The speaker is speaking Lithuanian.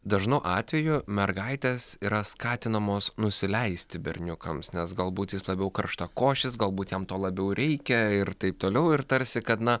dažnu atveju mergaitės yra skatinamos nusileisti berniukams nes galbūt jis labiau karštakošis galbūt jam to labiau reikia ir taip toliau ir tarsi kad na